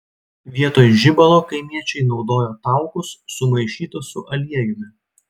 vietoj žibalo kaimiečiai naudojo taukus sumaišytus su aliejumi